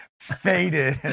faded